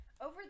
Over